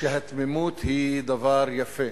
שהתמימות היא דבר יפה,